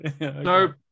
No